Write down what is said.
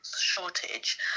shortage